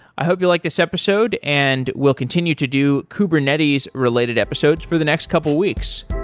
i hope you like this episode, and we'll continue to do kubernetes related episodes for the next couple of weeks.